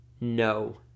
No